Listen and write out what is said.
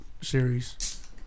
series